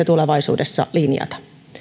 tulevaisuudessa linjata